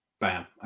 bam